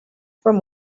from